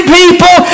people